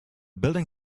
building